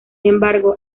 embargo